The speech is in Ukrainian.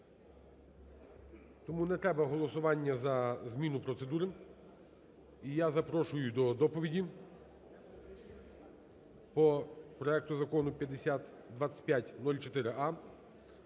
тому не треба голосування за зміну процедури. І я запрошую до доповіді по проекту Закону 2504а